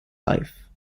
life